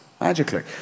magically